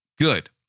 Good